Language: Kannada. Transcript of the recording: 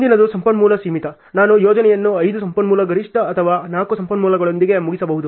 ಮುಂದಿನದು ಸಂಪನ್ಮೂಲ ಸೀಮಿತ ನಾನು ಯೋಜನೆಯನ್ನು 5 ಸಂಪನ್ಮೂಲ ಗರಿಷ್ಠ ಅಥವಾ 4 ಸಂಪನ್ಮೂಲಗಳೊಂದಿಗೆ ಮುಗಿಸಬಹುದು